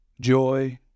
joy